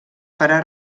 farà